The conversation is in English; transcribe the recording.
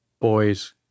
boy's